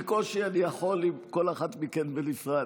בקושי אני יכול עם כל אחת מכן בנפרד,